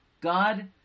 God